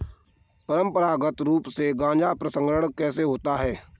परंपरागत रूप से गाजा प्रसंस्करण कैसे होता है?